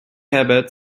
herbert